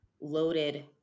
loaded